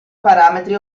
parametri